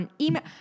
Email